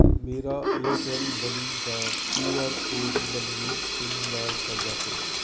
ਮੇਰਾ Airtel money ਦਾ Q R code Manmeet Singh ਨਾਲ ਸਾਂਝਾ ਕਰੋ